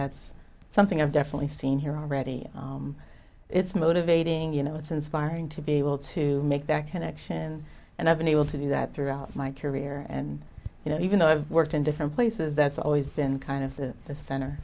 that's something i've definitely seen here already it's motivating you know it's inspiring to be able to make that connection and i've been able to do that throughout my career and you know even though i've worked in different places that's always been kind of the the center